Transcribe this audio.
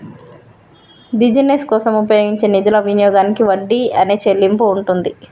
business కోసం ఉపయోగించే నిధుల వినియోగానికి వడ్డీ అనే చెల్లింపు ఉంటుంది